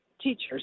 teachers